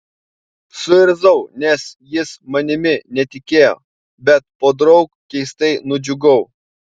suirzau nes jis manimi netikėjo bet podraug keistai nudžiugau